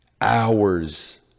hours